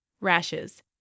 rashes